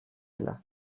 dela